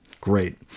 great